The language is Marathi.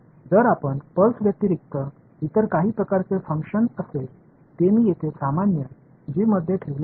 जर आपण पल्स व्यतिरिक्त इतर काही प्रकारचे फंक्शन असेल ते मी येथे सामान्य जी मध्ये ठेवले आहे